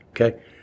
Okay